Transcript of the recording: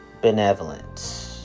benevolence